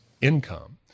income